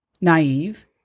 naive